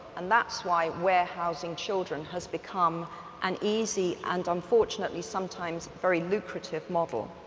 and that's why warehousing children has become an easy and unfortunately sometimes very lucrative model.